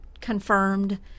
confirmed